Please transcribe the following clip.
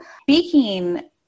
Speaking